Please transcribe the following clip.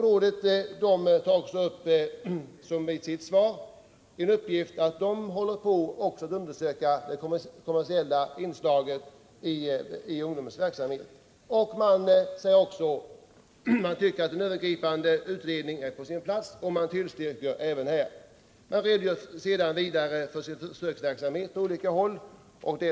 Rådet tar i sitt remissyttrande också upp att det håller på att undersöka det kommersiella inslaget i ungdomsverksamheten. Rådet tycker att en övergripande utredning är på plats och tillstyrker förslaget. Man redogör vidare för sin försöksverksamhet på olika håll.